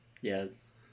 Yes